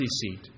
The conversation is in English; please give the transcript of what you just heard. seat